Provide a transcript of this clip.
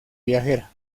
viajera